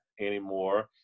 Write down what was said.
anymore